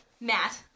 Matt